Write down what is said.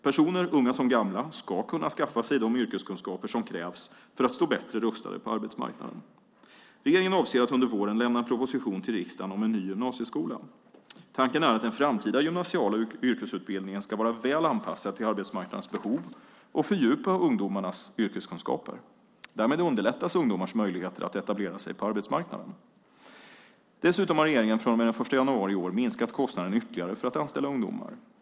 Personer, unga som gamla, ska kunna skaffa sig de yrkeskunskaper som krävs för att stå bättre rustade på arbetsmarknaden. Regeringen avser att under våren lämna en proposition till riksdagen om en ny gymnasieskola. Tanken är att den framtida gymnasiala yrkesutbildningen ska vara väl anpassad till arbetsmarknadens behov och fördjupa ungdomarnas yrkeskunskaper. Därmed underlättas ungdomars möjligheter att etablera sig på arbetsmarknaden. Dessutom har regeringen från och med den 1 januari i år minskat kostnaden ytterligare för att anställa ungdomar.